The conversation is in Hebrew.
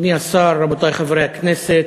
אדוני השר, רבותי חברי הכנסת,